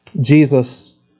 Jesus